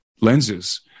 Lenses